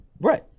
right